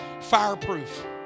Fireproof